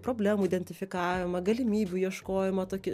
problemų identifikavimą galimybių ieškojimą tokį